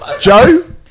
Joe